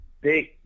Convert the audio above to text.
Big